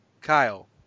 Kyle